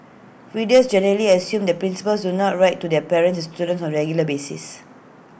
readers generally assume that principals do not write to their parents and students on regular basis